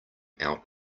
out